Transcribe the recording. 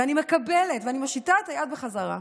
ואני מקבלת ומושיטה את היד בחזרה.